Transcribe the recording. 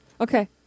Okay